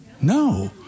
No